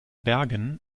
bergen